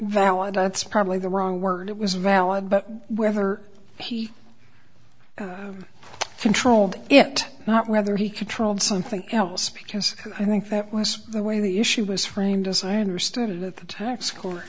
valid that's probably the wrong word it was valid but whether he controlled it or not whether he controlled something else because i think that was the way the issue was framed as i understood it the tax co